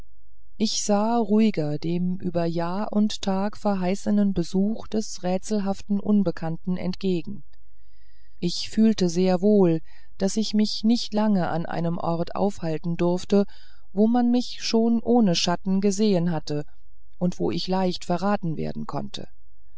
ich sah ruhiger dem über jahr und tag verheißenen besuch des rätselhaften unbekannten entgegen ich fühlte sehr wohl daß ich mich nicht lange an einem ort aufhalten durfte wo man mich schon ohne schatten gesehen und wo ich leicht verraten werden konnte